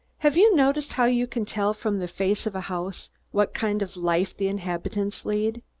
have you noticed how you can tell from the face of a house what kind of life the inhabitants lead?